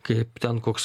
kaip ten koks